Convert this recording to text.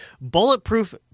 bulletproof